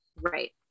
Right